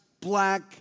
black